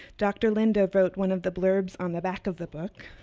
dr. linda wrote one of the blurbs on the back of the book,